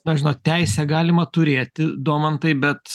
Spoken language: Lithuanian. na žinot teisę galima turėti domantai bet